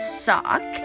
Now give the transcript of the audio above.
sock